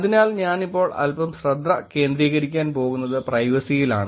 അതിനാൽ ഞാനിപ്പോൾ അൽപ്പം ശ്രദ്ധ കേന്ദ്രീകരിക്കാൻ പോകുന്നത് പ്രൈവസിയിലാണ്